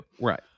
Right